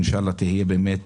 אינשאללה תהיה באמת